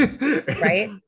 right